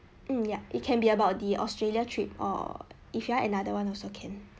um yup it can be about the australia trip or if you are another [one] also can